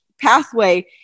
pathway